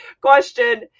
question